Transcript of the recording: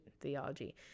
theology